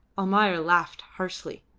almayer laughed harshly.